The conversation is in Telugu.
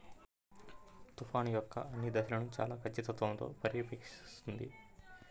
తుఫాను యొక్క అన్ని దశలను చాలా ఖచ్చితత్వంతో పర్యవేక్షిస్తుంది